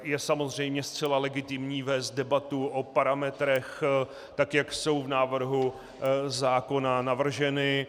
Je samozřejmě zcela legitimní vést debatu o parametrech, tak jak jsou v návrhu zákona navrženy.